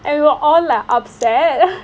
and we were all like upset